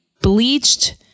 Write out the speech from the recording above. Bleached